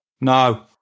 No